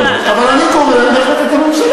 אני מדברת על, אבל אני קורא את התקנון שלך.